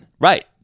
Right